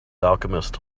alchemist